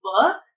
book